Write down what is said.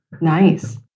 Nice